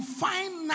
find